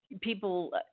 people